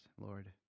Lord